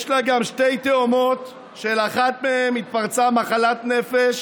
יש לה גם תאומות, שלאחת מהן התפרצה מחלת נפש